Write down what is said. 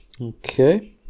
Okay